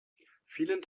vielen